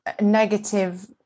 negative